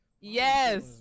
Yes